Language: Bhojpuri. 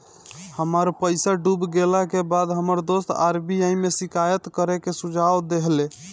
हमर पईसा डूब गेला के बाद हमर दोस्त आर.बी.आई में शिकायत करे के सुझाव देहले